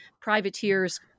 privateers